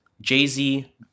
Jay-Z